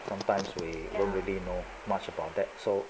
sometimes we ya don't really know much about that so